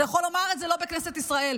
אתה יכול לומר את זה, לא בכנסת ישראל.